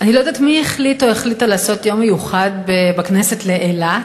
אני לא יודעת מי החליט או החליטה לעשות יום מיוחד בכנסת לאילת,